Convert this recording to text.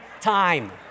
time